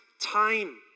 time